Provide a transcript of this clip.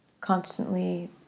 constantly